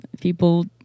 people